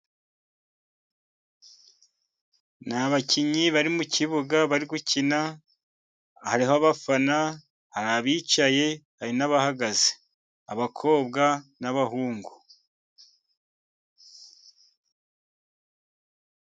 Ni abakinnyi bari mu kibuga bari gukina, hariho abafana. Hari abicaye hari n'abahagaze, abakobwa n'abahungu.